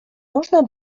można